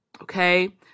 okay